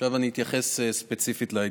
עכשיו אני אתייחס ספציפית לעניין.